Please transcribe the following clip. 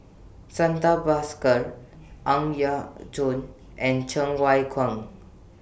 Santha Bhaskar Ang Yau Choon and Cheng Wai Keung